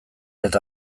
eta